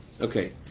Okay